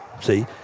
see